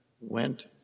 went